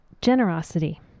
generosity